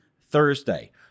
Thursday